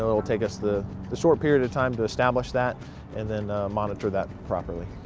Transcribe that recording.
ah will take us the the short period of time to establish that and then monitor that properly.